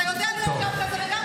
ואתה יודע להיות גם בזה וגם בזה.